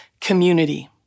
community